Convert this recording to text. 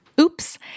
oops